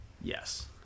Yes